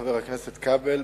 חבר הכנסת כבל,